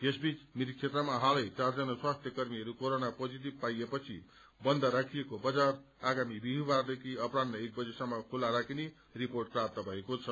यस बीच मिरिक क्षेत्रमा हालै चारजना स्वास्थ्य कर्मीहरू क्षेत्रोना पोजीटिम पाइएपछि बन्द राखिएको बाजर आगामी विहीबारदेखि पहरान्ड एक बजेसम्म खुल्ला राख्नि रिपोर्ट प्राप्त भएको छ